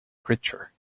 creature